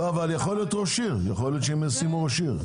יכול להיות שהם ישימו ראש עיר.